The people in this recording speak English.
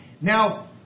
Now